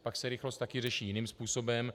Pak se rychlost také řeší jiným způsobem.